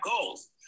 goals